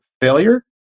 failure